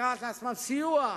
לקחת לעצמם סיוע.